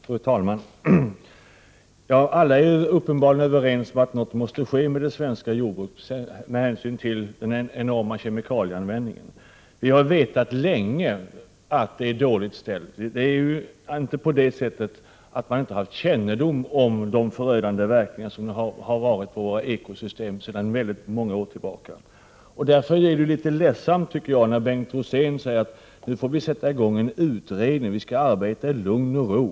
Fru talman! Alla är uppenbarligen överens om att något måste ske med det svenska jordbruket med hänsyn till den enorma kemikalieanvändningen. Vi har länge vetat att det är dåligt ställt med jordbruket. Det är alltså inte så att vi har saknat kännedom om de förödande verkningar som kemikalierna sedan väldigt många år har på ekosystemen. Därför är det litet ledsamt, tycker jag, att höra Bengt Rosén säga att vi måste tillsätta en utredning och att vi skall arbeta i lugn och ro.